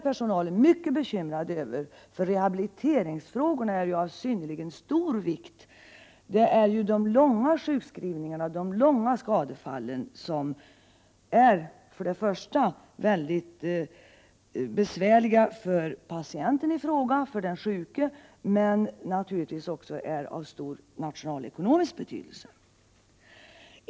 Personalen är mycket bekymrad över de rådande förhållandena, eftersom rehabiliteringsfrågorna är av synnerligen stor vikt. De långa sjukskrivningarna, de långvariga skadefallen är först och främst väldigt besvärliga för patienten i fråga, för den sjuke, men har naturligtvis också stor nationalekonomisk betydelse.